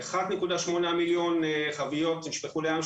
1.8 מיליון חביות נשפכו לים,